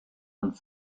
und